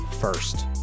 first